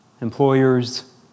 employers